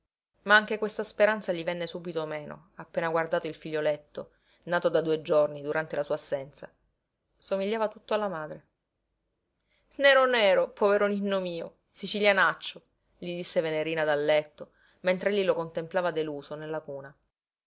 ma anche questa speranza gli venne subito meno appena guardato il figlioletto nato da due giorni durante la sua assenza somigliava tutto alla madre nero nero povero ninno mio sicilianaccio gli disse venerina dal letto mentre egli lo contemplava deluso nella cuna